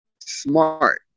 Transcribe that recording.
smart